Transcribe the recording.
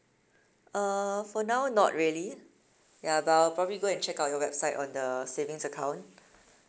uh for now not really ya but I'll probably go and check out your website on the savings account